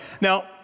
Now